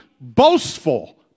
Boastful